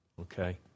Okay